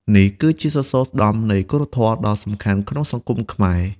នេះគឺជាសសរស្តម្ភនៃគុណធម៌ដ៏សំខាន់ក្នុងសង្គមខ្មែរ។